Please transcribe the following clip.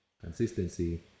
Consistency